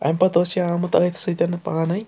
امہِ پَتہٕ اوس یہِ آمُت أتھۍ سۭتۍ پانَے